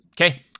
Okay